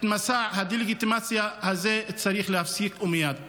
את מסע הדה-לגיטימציה הזה צריך להפסיק ומייד.